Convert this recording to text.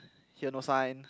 here no sign